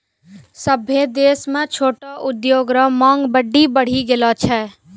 सभ्भे देश म छोटो उद्योग रो मांग बड्डी बढ़ी गेलो छै